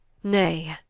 nay,